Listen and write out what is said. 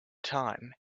time